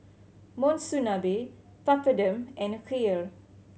Monsunabe Papadum and Kheer